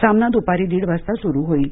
सामना दुपारी दीड वाजता सुरू होईल